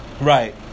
Right